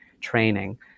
training